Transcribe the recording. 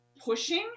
pushing